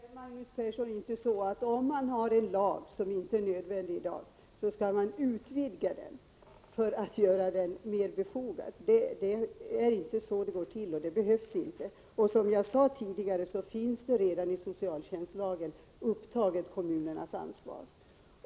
Herr talman! Det är inte så, Magnus Persson, att om man har en lag som inte är nödvändig i dag skall man utvidga den för att göra den mera befogad. Så går det inte till och det behövs inte. Som jag sade tidigare finns kommunernas ansvar redan upptaget i socialtjänstlagen.